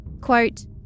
Quote